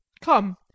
come